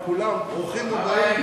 כולם, ברוכים הבאים.